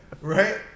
right